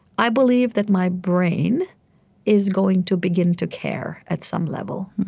i believe that my brain is going to begin to care at some level.